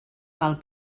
del